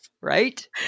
Right